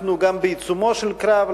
אנחנו גם בעיצומו של קרב,